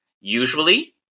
Usually